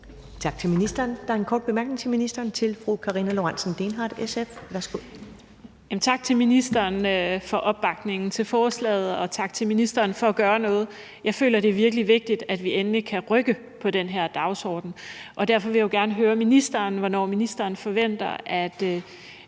Tak til ministeren. Der er en kort bemærkning til ministeren fra fru Karina Lorentzen Dehnhardt, SF. Værsgo. Kl. 14:21 Karina Lorentzen Dehnhardt (SF): Tak til ministeren for opbakningen til forslaget, og tak til ministeren for at gøre noget. Jeg føler, at det er virkelig vigtigt, at vi endelig kan rykke på den her dagsorden, og derfor vil jeg jo gerne høre ministeren, hvornår ministeren forventer at